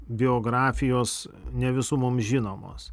biografijos ne visų mums žinomos